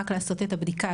רק לעשות את הבדיקה,